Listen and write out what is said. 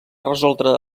resoldre